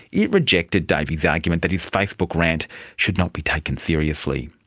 it rejected davey's argument that his facebook rant should not be taken seriously.